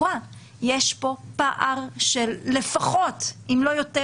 ברוכים הבאים, ברוכות הבאות.